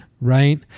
right